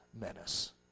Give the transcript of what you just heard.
menace